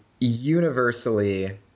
universally